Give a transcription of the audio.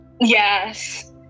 yes